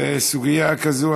סוגיה כזאת,